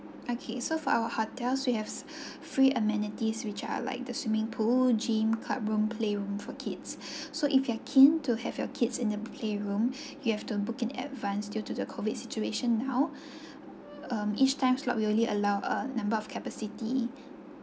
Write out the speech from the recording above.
okay so for our hotels we have free amenities which are like the swimming pool gym club room playroom for kids so if you are keen to have your kids in the playroom you have to book in advance due to the COVID situation now um each time slot will only allow a number of capacity